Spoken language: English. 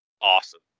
awesome